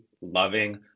loving